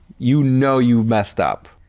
you know you messed up.